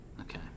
Okay